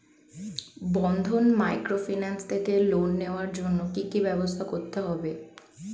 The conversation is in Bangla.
বন্ধন মাইক্রোফিন্যান্স থেকে লোন নেওয়ার জন্য কি কি ব্যবস্থা করতে হবে?